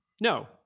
No